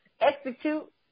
execute